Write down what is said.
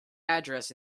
address